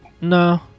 No